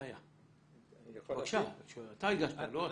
אתה הגשת, לא?